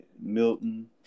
Milton